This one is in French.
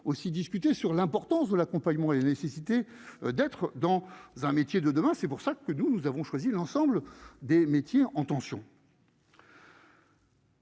aussi discuter sur l'importance de l'accompagnement et la nécessité d'être dans un métier de demain, c'est pour ça que nous nous avons choisi l'ensemble des métiers en tension.